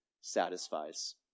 satisfies